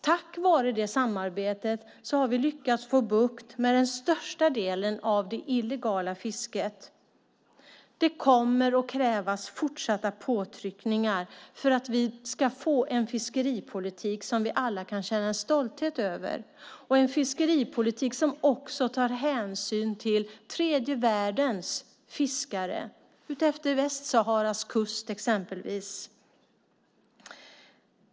Tack vare det samarbetet har vi lyckats få bukt med den största delen av det illegala fisket. Det kommer att krävas fortsatta påtryckningar för att vi ska få en fiskeripolitik som vi alla kan känna stolthet över och en fiskeripolitik som också tar hänsyn till tredje världens fiskare exempelvis utefter Västsaharas kust.